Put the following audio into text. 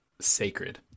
sacred